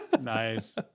Nice